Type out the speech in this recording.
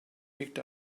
picked